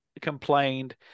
complained